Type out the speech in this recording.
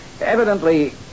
Evidently